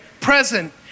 present